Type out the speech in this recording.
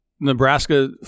Nebraska